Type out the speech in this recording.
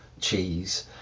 cheese